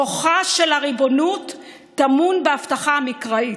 כוחה של הריבונות טמון בהבטחה המקראית: